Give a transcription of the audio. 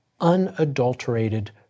unadulterated